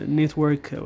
network